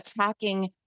attacking